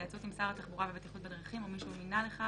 בהתייעצות עם שר התחבורה והבטיחות בדרכים או מי שהוא מינה לכך,